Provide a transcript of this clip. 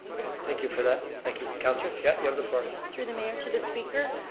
thank you for that, thank you. councilor, yeah you have the floor. through the mayor, to the speaker,